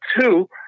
two